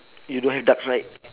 you don't have ducks right